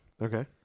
Okay